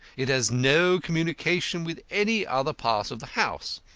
it has no communication with any other part of the house.